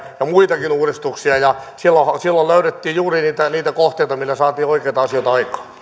ja muitakin uudistuksia saatiin eteenpäin ja silloin löydettiin juuri niitä kohteita millä saatiin oikeita asioita aikaan